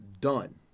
Done